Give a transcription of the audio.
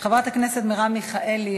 חברת הכנסת מרב מיכאלי,